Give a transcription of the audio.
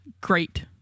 great